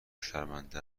شرمنده